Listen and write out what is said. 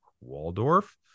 Waldorf